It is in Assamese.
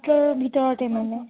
তাৰ ভিতৰতে মানে